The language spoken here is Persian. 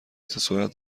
سرعت